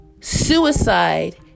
Suicide